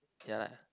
yeah lah